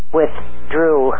withdrew